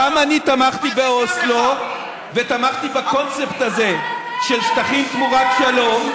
גם אני תמכתי באוסלו ותמכתי בקונספט הזה של שטחים תמורת שלום,